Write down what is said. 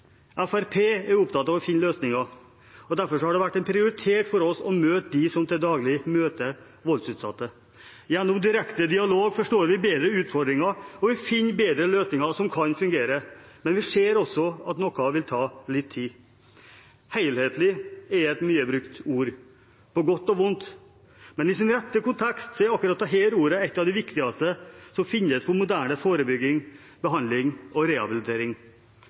Fremskrittspartiet er opptatt av å finne løsninger, og derfor har det vært en prioritet for oss å møte dem som til daglig møter voldsutsatte. Gjennom direkte dialog forstår vi bedre utfordringen, og vi finner bedre løsninger som kan fungere, men vi ser også at noe vil ta litt tid. «Helhetlig» er et mye brukt ord, på godt og vondt, men i sin rette kontekst er akkurat dette ordet et av de viktigste som finnes for moderne forebygging, behandling og rehabilitering.